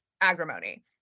agrimony